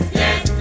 yes